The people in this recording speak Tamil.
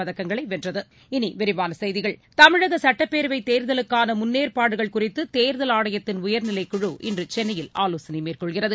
பதக்கங்களைவென்றது இனிவிரிவானசெய்திகள் தமிழகசுட்டப்பேரவைத் தேர்தலுக்கானமுன்னேற்பாடுகள் குறித்துதேர்தல் ஆணைத்தின் உயர்நிலைக்குழு இன்றுசென்னையில் ஆலோசனைமேற்கொள்கிறது